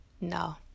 No